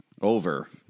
Over